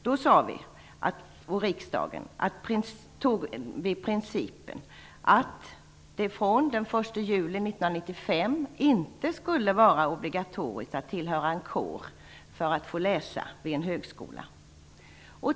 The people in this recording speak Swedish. Då fastslog riksdagen principen att från den 1 juli 1995 skulle det inte vara obligatoriskt att tillhöra en kår för att få läsa vid en högskola.